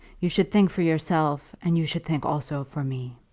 you should think for yourself, and you should think also for me.